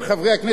מכירים אותו.